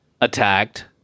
attacked